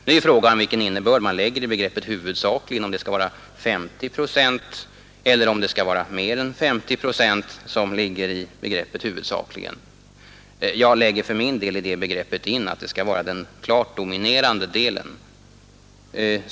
Nu är frågan den vilken innebörd man lägger i begreppet huvudsakligen, om det skall vara 50 procent eller mer än 50 procent. Jag lägger för min del i det begreppet in att det skall vara den klart dominerande delen.